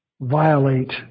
violate